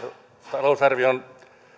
talousarvion yrityksen